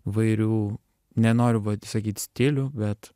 vairių nenoriu vat sakyt stilių bet